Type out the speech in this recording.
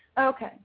Okay